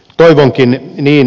toivonkin niin